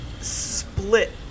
split